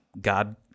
god